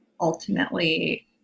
ultimately